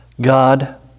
God